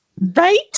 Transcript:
Right